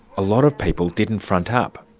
a lot of people didn't front up.